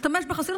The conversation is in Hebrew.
משתמש בחסינות,